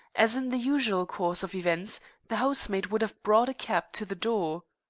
as in the usual course of events the housemaid would have brought a cab to the door.